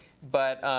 but